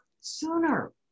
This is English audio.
sooner